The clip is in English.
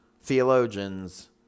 theologians